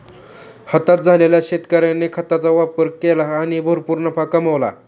हताश झालेल्या शेतकऱ्याने खताचा वापर केला आणि भरपूर नफा कमावला